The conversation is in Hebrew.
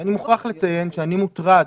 אני מוכרח לציין שאני מוטרד,